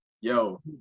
yo